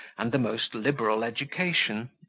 and the most liberal education.